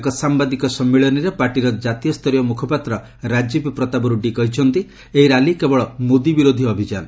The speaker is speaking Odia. ଏକ ସାମ୍ଭାଦିକ ସମ୍ମିଳନୀରେ ପାର୍ଟିର କାତୀୟ ସ୍ତରୀୟ ମୁଖପାତ୍ର ରାଜୀବ ପ୍ରତାପ ରୁଡ଼ି କହିଛନ୍ତି ଏହି ରାଲି କେବଳ ମୋଦି ବିରୋଧୀ ଅଭିଯାନ